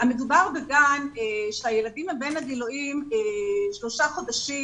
המדובר בגן שהילדים בין גילי שלושה חודשים